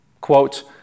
Quote